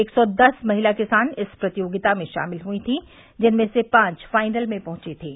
एक सौ दस महिला किसान इस प्रतियोगिता में शामिल हुई थी जिनमें से पांच फाइनल में पहुंची थीं